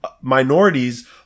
minorities